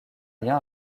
lien